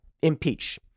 impeach